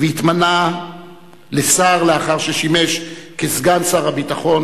והתמנה לשר לאחר ששימש סגן שר הביטחון